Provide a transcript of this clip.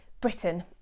Britain